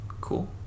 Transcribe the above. Cool